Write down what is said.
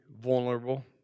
vulnerable